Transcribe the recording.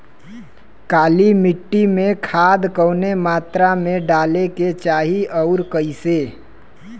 काली मिट्टी में खाद कवने मात्रा में डाले के चाही अउर कइसे?